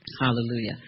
hallelujah